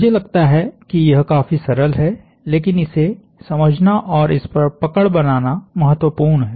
मुझे लगता है कि यह काफी सरल है लेकिन इसे समझना और इस पर पकड़ बनाना महत्वपूर्ण है